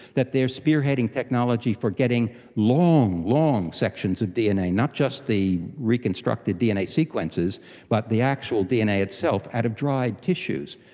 that they are spearheading technology for getting long, long sections of dna, not just the reconstructed dna sequences but the actual dna itself out of dry tissues.